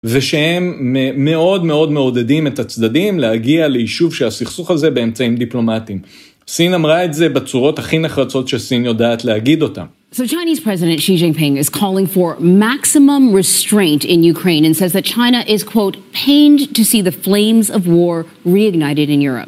ושהם מאוד מאוד מעודדים את הצדדים להגיע ליישוב שהסכסוך הזה באמצעים דיפלומטיים. סין אמרה את זה בצורות הכי נחרצות שסין יודעת להגיד אותה.